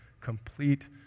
complete